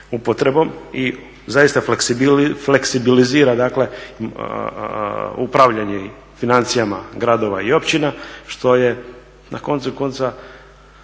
I zaista fleksibilizira dakle upravljanje financijama gradova i općina što je na koncu konca,